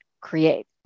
create